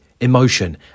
emotion